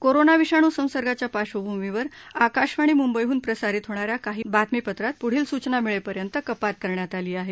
corona विषाण् संसर्गाच्या पार्श्वभूमीवर आकाशवाणी म्ंबईहन प्रसारित होणा या काही बातमीपत्रात प्ढील सूचना मिळेपर्यंत कपात करण्यात आली आहे